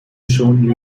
shown